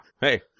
Hey